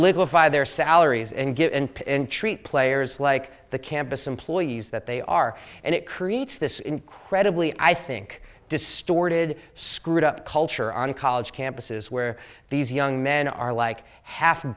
liquefy their salaries and get and treat players like the campus employees that they are and it creates this incredibly i think distorted screwed up culture on college campuses where these young men are like half